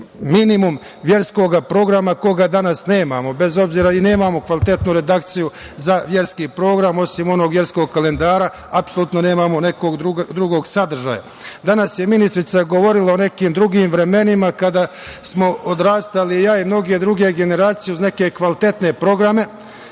minimum, verskog programa, koga danas nemamo. Bez obzira, i nemamo kvalitetnu redakciju za verski program, osim onog verskog kalendara, apsolutno nemamo nekog drugog sadržaja. Danas je ministarka govorila o nekim drugim vremenima kada smo odrastali ja i mnoge druge generacije uz neke kvalitetne programe.